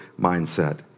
mindset